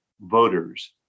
voters